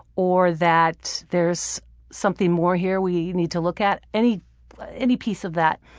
or that there's something more here we need to look at. any any piece of that.